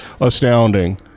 astounding